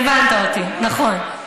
הבנת אותי, נכון.